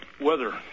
weather